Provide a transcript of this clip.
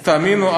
תאמינו,